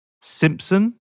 Simpson